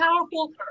powerful